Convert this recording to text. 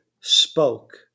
spoke